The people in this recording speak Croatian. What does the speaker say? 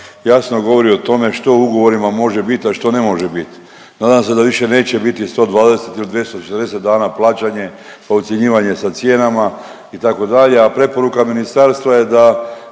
jasno govori o tome što u ugovorima može bit, a što ne može bit. Nadam se da više neće biti 120 ili 240 dana plaćanje pa ucjenjivanje sa cijenama itd., a preporuka ministarstva je da,